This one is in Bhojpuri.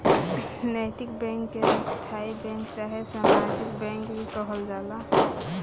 नैतिक बैंक के स्थायी बैंक चाहे सामाजिक बैंक भी कहल जाला